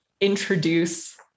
introduce